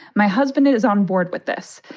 my husband is on board with this.